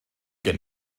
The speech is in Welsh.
gen